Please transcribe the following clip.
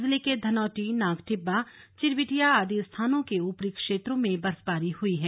जिले के धनोल्टी नाग टिब्बा चिरबीटिया आदि स्थानों के ऊपरी क्षेत्रों में बर्फबारी हुई है